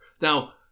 Now